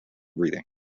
breathing